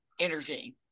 intervene